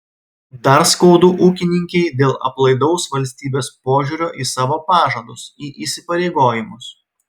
dar skaudu ūkininkei dėl aplaidaus valstybės požiūrio į savo pažadus į įsipareigojimus